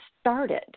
started